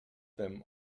them